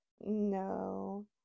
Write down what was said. No